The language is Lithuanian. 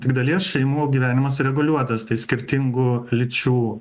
tik dalies šeimų gyvenimas sureguliuotas tai skirtingų lyčių